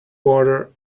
water